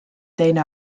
teine